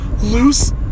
loose